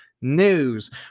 news